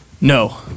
No